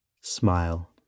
Smile